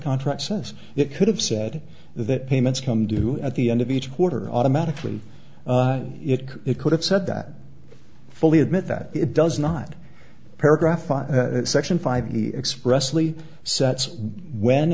contract says it could have said that payments come due at the end of each quarter automatically if it could have said that fully admit that it does not paragraph on section five he expressly sets when